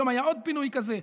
היום היה עוד פינוי כזה,